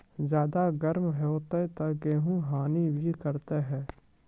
ज्यादा गर्म होते ता गेहूँ हनी भी करता है?